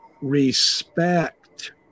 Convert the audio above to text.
respect